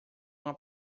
uma